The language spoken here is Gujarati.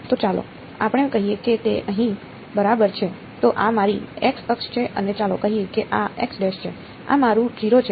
તો ચાલો આપણે કહીએ કે તે અહીં બરાબર છે તો આ મારી x અક્ષ છે અને ચાલો કહીએ કે આ છે આ મારું 0 છે